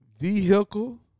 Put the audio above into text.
vehicle